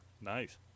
Nice